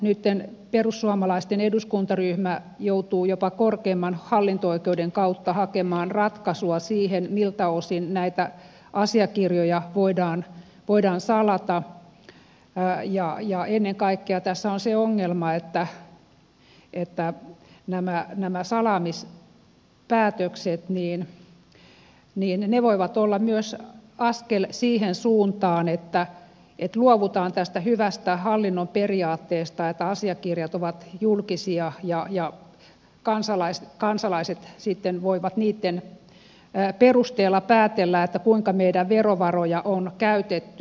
nyt perussuomalaisten eduskuntaryhmä joutuu jopa korkeimman hallinto oikeuden kautta hakemaan ratkaisua siihen miltä osin näitä asiakirjoja voidaan salata ja ennen kaikkea tässä on se ongelma että nämä salaamispäätökset voivat olla myös askel siihen suuntaan että luovutaan tästä hyvästä hallinnon periaatteesta että asiakirjat ovat julkisia ja kansalaiset sitten voivat niiden perusteella päätellä kuinka meidän verovarojamme on käytetty